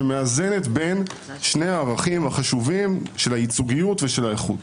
שמאזנת בין שני הערכים החשובים של הייצוגיות ושל האיכות.